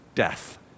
death